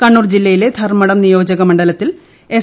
കണ്ണൂർ ജില്ലയിലെ ധർമ്മടം നിയോജക മണ്ഡലത്തിൽ എസ്